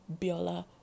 Biola